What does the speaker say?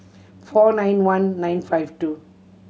four nine one nine five two